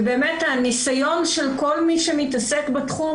מתוך הניסיון של כל מי שמתעסק בתחום,